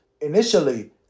initially